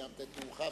סיימת את נאומך,